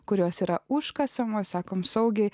kurios yra užkasamos sakome saugiai